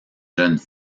jeunes